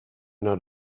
not